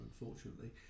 unfortunately